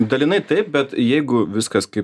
dalinai taip bet jeigu viskas kaip